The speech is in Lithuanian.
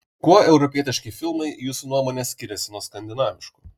kuo europietiški filmai jūsų nuomone skiriasi nuo skandinaviškų